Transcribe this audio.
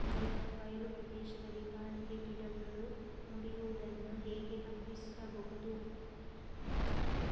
ಬಯಲು ಪ್ರದೇಶದಲ್ಲಿ ಗಾಳಿಗೆ ಗಿಡಗಳು ಮುರಿಯುದನ್ನು ಹೇಗೆ ತಪ್ಪಿಸಬಹುದು?